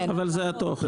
אבל זה התוכן.